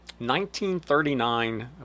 1939